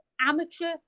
amateur